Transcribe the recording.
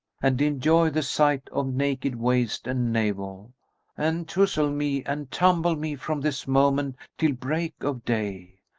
and enjoy the sight of naked waist and navel and touzle me and tumble me from this moment till break of day!